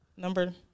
Number